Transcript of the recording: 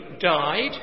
died